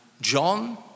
John